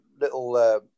little